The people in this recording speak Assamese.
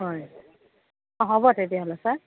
হয় হ'ব তেতিয়া হ'লে ছাৰ